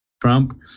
Trump